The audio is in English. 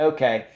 Okay